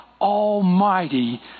Almighty